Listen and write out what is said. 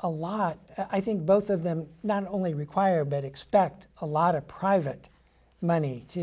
a lot i think both of them not only require better expect a lot of private money to